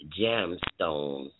gemstones